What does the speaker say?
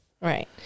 Right